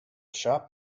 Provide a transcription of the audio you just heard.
shop